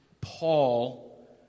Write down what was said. Paul